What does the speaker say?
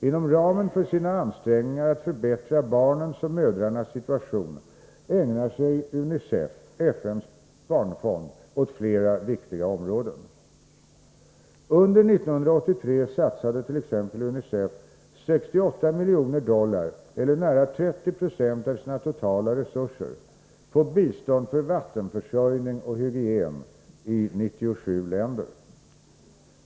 Inom ramen för sina ansträngningar att förbättra barnens och mödrarnas situation ägnar sig UNICEF åt flera viktiga områden. Under 1983 satsade t.ex. UNICEF 68 miljoner dollar eller nära 30 960 av sina totala resurser på bistånd för vattenförsörjning och hygien i 97 länder.